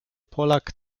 polak